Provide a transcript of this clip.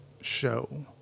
show